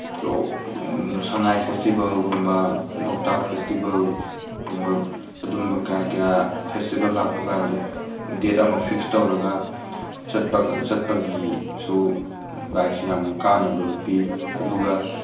ꯁꯉꯥꯏ ꯐꯦꯁꯇꯤꯚꯦꯜꯒꯨꯝꯕ ꯂꯣꯛꯇꯥꯛ ꯐꯦꯁꯇꯤꯚꯦꯜ ꯒꯨꯝꯕ ꯑꯗꯨꯝꯕ ꯀꯌꯥ ꯀꯌꯥ ꯐꯦꯁꯇꯤꯚꯦꯜ ꯂꯥꯛꯄ ꯀꯥꯟꯗ ꯗꯦꯠ ꯑꯃ ꯐꯤꯛꯁ ꯇꯧꯔꯒ ꯆꯠꯄ ꯆꯠꯄꯒꯤꯁꯨ ꯕꯥꯏꯛꯁꯦ ꯌꯥꯝ ꯀꯥꯟꯅꯕ ꯄꯤ ꯑꯗꯨꯒ